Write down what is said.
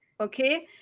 Okay